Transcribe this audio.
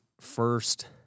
first